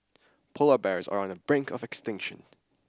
polar bears are on the brink of extinction